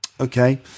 Okay